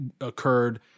occurred